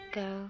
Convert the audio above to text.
go